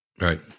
Right